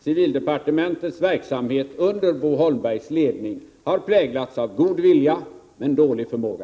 Civildepartementets verksamhet under Bo Holmbergs ledning har präglats av god vilja men dålig förmåga.